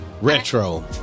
retro